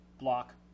block